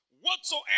Whatsoever